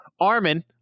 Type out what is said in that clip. Armin